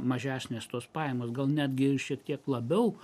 mažesnės tos pajamos gal netgi ir šiek tiek labiau